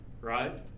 right